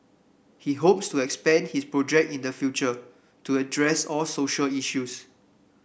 he hopes to expand his project in the future to address all social issues